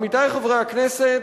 עמיתי חברי הכנסת,